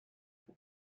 what